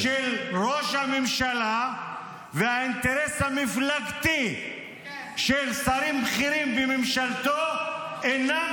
-- של ראש הממשלה והאינטרס המפלגתי של שרים בכירים בממשלתו אינם